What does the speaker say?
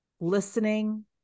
listening